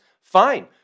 fine